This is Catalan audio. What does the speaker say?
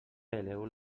peleu